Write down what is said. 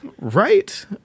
Right